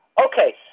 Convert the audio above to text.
Okay